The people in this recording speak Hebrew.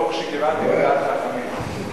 ברוך שכיוונתי לדעת חכמים.